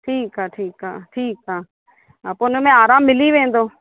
ठीकु आहे ठीकु आहे ठीकु आहे हा पोइ हुनमें आरामु मिली वेंदो